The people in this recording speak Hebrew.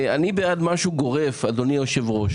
אני בעד משהו גורף, אדוני היושב-ראש.